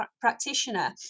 practitioner